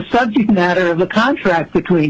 subject matter of the contract between